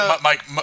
Mike